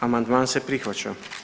Amandman se prihvaća.